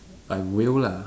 I will lah